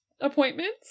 appointments